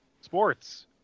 sports